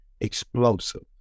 explosive